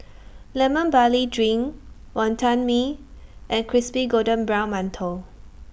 Lemon Barley Drink Wonton Mee and Crispy Golden Brown mantou